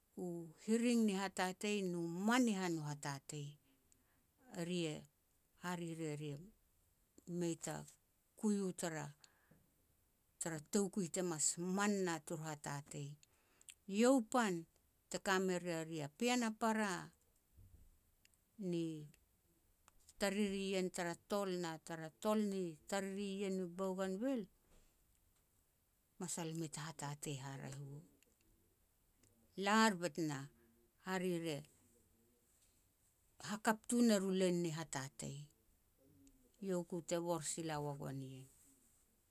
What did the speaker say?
u hiring ni hatatei nu man i han u hatatei, eri e hare re ri mei ta kui u tara-tara toukui te mas man na turu hatatei. Iau pan te ka me ria ri a pean a para ni tariri ien tara tol, na tara tol ni tariri ien i Bougainville, masal mei ta hatatei haraeh u. Lar bet na hare re hakap tun er u len ni hatatei. Iau ku te bor sila wa goan ien.